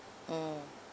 mm